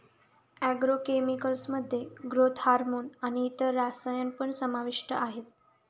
agro chemicals मध्ये growth hormone आणि इतर रसायन पण समाविष्ट आहेत